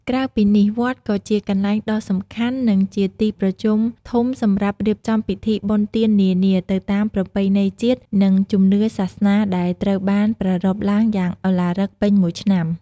ក្រៅពីនេះ វត្តក៏ជា កន្លែងដ៏សំខាន់ និងជាទីប្រជុំធំសម្រាប់រៀបចំពិធីបុណ្យទាននានា ទៅតាមប្រពៃណីជាតិ និងជំនឿសាសនា ដែលត្រូវបានប្រារព្ធឡើងយ៉ាងឱឡារិកពេញមួយឆ្នាំ។